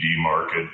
market